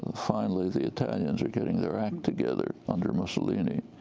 finally the italians are getting their act together under mussolini.